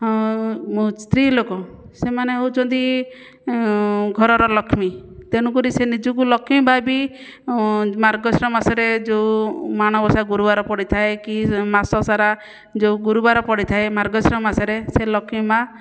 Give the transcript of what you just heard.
ହଁ ମୋ ସ୍ତ୍ରୀ ଲୋକ ସେମାନେ ହେଉଛନ୍ତି ଘରର ଲକ୍ଷ୍ମୀ ତେଣୁକରି ସେ ନିଜକୁ ଲକ୍ଷ୍ମୀ ଭାବି ମାର୍ଗଶିର ମାସରେ ଯେଉଁ ମାଣବସା ଗୁରୁବାର ପଡ଼ିଥାଏ କି ମାସ ସାରା ଯେଉଁ ଗୁରୁବାର ପଡ଼ିଥାଏ ମାର୍ଗଶିର ମାସରେ ସେ ଲକ୍ଷ୍ମୀ ମା'